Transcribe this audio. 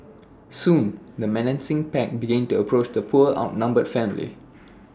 soon the menacing pack began to approach the poor outnumbered family